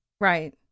Right